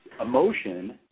emotion